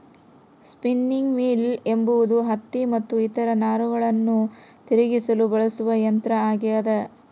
spinning mule ಎಂಬುದು ಹತ್ತಿ ಮತ್ತು ಇತರ ನಾರುಗಳನ್ನು ತಿರುಗಿಸಲು ಬಳಸುವ ಯಂತ್ರ ಆಗ್ಯದ